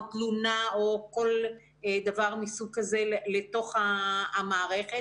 תלונה או כל דבר מסוג כזה לתוך המערכת.